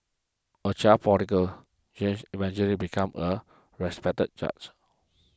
a child forty girl James eventually become a respected judge